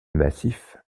massif